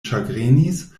ĉagrenis